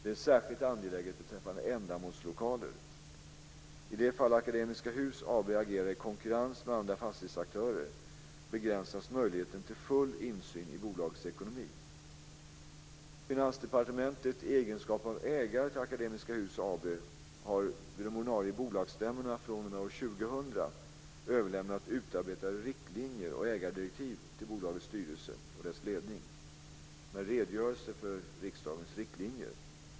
Det är särskilt angeläget beträffande ändamålslokaler. I det fall Akademiska Hus AB agerar i konkurrens med andra fastighetsaktörer begränsas möjligheten till full insyn i bolagets ekonomi. Akademiska Hus AB, har vid de ordinarie bolagsstämmorna fr.o.m. år 2000 överlämnat utarbetade riktlinjer och ägardirektiv till bolagets styrelse och dess ledning med redogörelse för riksdagens riktlinjer.